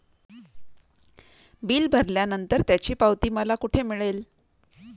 Bill भरल्यानंतर त्याची पावती मला कुठे मिळेल?